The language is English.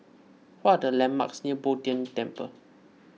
what are the landmarks near Bo Tien Temple